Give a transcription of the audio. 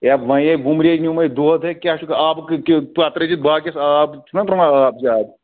یے وۄنۍ یے وُمرے نیوٗمَے دۄد ہے کیٛاہ چھُکھ آبہٕ پَتہٕ ترٛٲیزِ باقیَس آب چھُکھ نا ترٛاوان آب زیادٕ